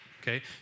okay